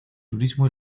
turismo